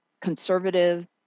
conservative